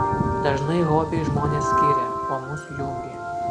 dažnai hobiai žmones skiria o mus jungia